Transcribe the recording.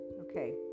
okay